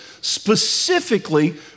specifically